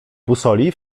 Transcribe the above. busoli